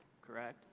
correct